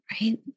right